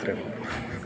അത്രേയുള്ളു